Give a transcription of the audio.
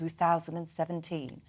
2017